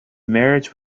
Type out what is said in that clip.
marriage